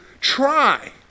try